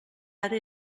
ara